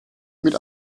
mit